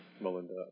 Melinda